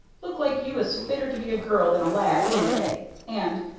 look like you was fitter to be a girl than a lad, any day, and,